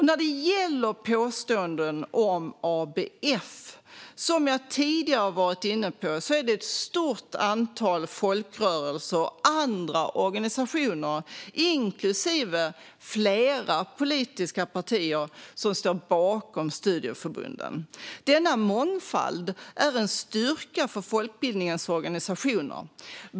När det gäller påståenden om ABF är det, som jag tidigare har varit inne på, ett stort antal folkrörelser och andra organisationer, inklusive flera politiska partier, som står bakom studieförbunden. Denna mångfald är en styrka för folkbildningens organisationer.